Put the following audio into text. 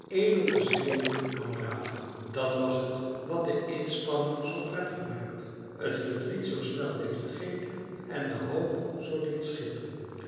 edelgezinde kameraden dat was het wat de inspanning zoo prettig maakte het verdriet zoo snel deed vergeten en de hoop zoo deed schitteren